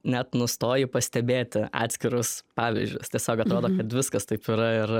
net nustoji pastebėti atskirus pavyzdžius tiesiog atrodo kad viskas taip yra ir